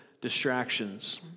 distractions